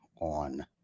on